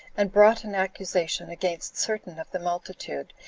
and brought an accusation against certain of the multitude,